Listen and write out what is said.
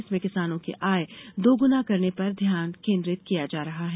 इसमें किसानों की आय दोगुना करने पर ध्यान केंद्रित किया जा रहा है